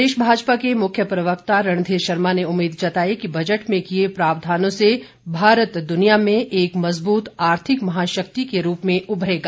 प्रदेश भाजपा के मुख्य प्रवक्ता रणधीर शर्मा ने उम्मीद जताई कि बजट में किए प्रावधानों से भारत दुनिया में एक मज़बूत आर्थिक महाशक्ति के रूप में उभरेगा